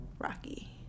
Rocky